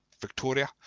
Victoria